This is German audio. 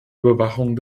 überwachung